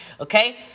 okay